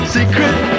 Secret